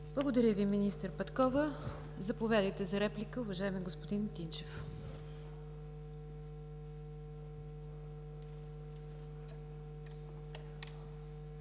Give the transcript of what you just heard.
Благодаря Ви, Министър Петкова. Заповядайте за реплика, уважаеми господин Тинчев.